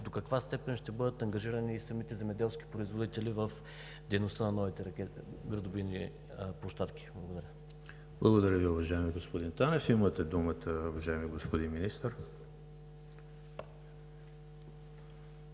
до каква степен ще бъдат ангажирани и самите земеделски производители в дейността на новите градобийни площадки? Благодаря. ПРЕДСЕДАТЕЛ ЕМИЛ ХРИСТОВ: Благодаря Ви, уважаеми господин Танев. Имате думата, уважаеми господин Министър.